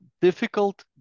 difficult